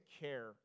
care